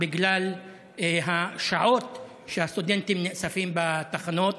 בגלל השעות שהסטודנטים נאספים בתחנות.